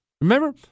remember